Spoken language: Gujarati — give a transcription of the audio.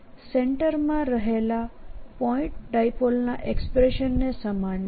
જે સેન્ટરમાં રહેલા પોઈન્ટ ડાયપોલના એક્સપ્રેશનને સમાન છે